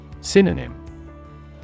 Synonym